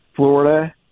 Florida